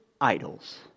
idols